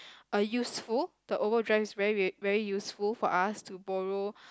uh useful the overdrive is very very useful for us to borrow